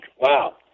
Wow